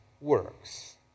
works